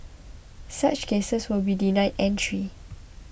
such cases will be denied entry